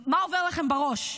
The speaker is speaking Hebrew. מה עובר לכם בראש?